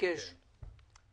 מבטיח שאבדוק את זה.